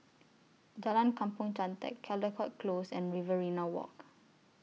Jalan Kampong Chantek Caldecott Close and Riverina Walk